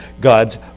God's